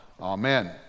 Amen